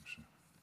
בבקשה.